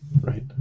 Right